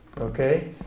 Okay